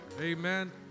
amen